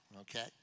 okay